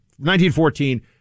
1914